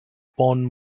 porn